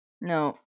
no